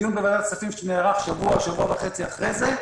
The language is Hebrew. בדיון בוועדת הכספים שנערך שבוע-שבוע וחצי אחרי זה,